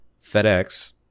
FedEx